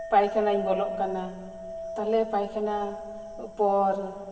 ᱯᱟᱭᱠᱷᱟᱱᱟᱧ ᱵᱚᱞᱚᱜ ᱠᱟᱱᱟ ᱛᱟᱞᱦᱮ ᱯᱟᱭᱠᱷᱟᱱᱟ ᱯᱚᱨ